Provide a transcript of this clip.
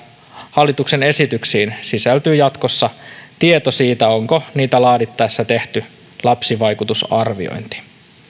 hallituksen esityksiin sisältyy jatkossa tieto siitä onko niitä laadittaessa tehty lapsivaikutusarviointi